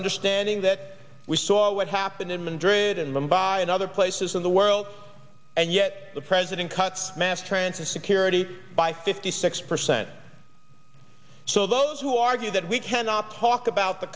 understanding that we saw what happened in madrid and mumbai and other places in the world and yet the president cuts mass transit security by fifty six percent so those who argue that we cannot talk about the